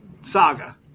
saga